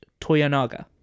Toyonaga